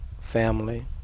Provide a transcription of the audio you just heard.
family